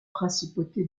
principauté